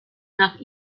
nach